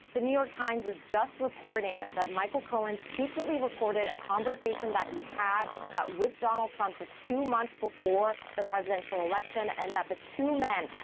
the new york times is just reporting that michael cohen secretly recorded a conversation that he had with donald trump just two months before the presidential election and that the two men,